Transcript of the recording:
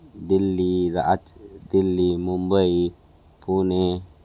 Delhi Raj Delhi Mumbai Pune